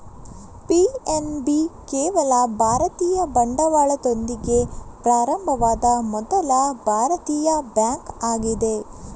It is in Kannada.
ಪಿ.ಎನ್.ಬಿ ಕೇವಲ ಭಾರತೀಯ ಬಂಡವಾಳದೊಂದಿಗೆ ಪ್ರಾರಂಭವಾದ ಮೊದಲ ಭಾರತೀಯ ಬ್ಯಾಂಕ್ ಆಗಿದೆ